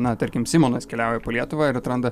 na tarkim simonas keliauja po lietuvą ir atranda